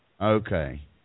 Okay